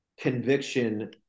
conviction